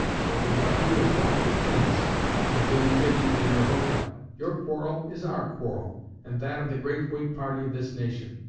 so we want you to walk between us until we get you to your hotel. your quarrel is our quarrel and that of the great whig party of this nation.